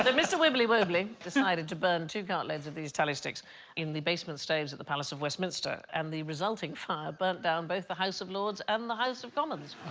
mr. wibbly-wobbly decided to burn two cartloads of these tally sticks in the basement staves at the palace of westminster and the resulting fire burnt down both the house of lords and the house of commons